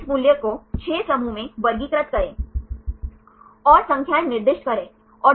तो एक प्लेन में 3 दूसरे 3 दूसरे प्लेन में